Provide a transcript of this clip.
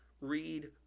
read